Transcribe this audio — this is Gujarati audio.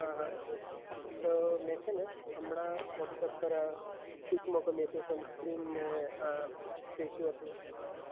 હા હા તો મેં છે ને હમણાં વોટસેપ પર પિક મોકલીય છે સનસ્ક્રીન ને ફેશ વોશનો